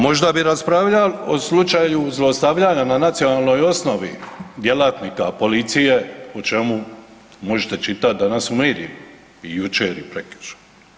Možda bi raspravljali o slučaju zlostavljanja na nacionalnoj osnovi djelatnika policije o čemu možete čitati danas u medijima i jučer i prekjučer.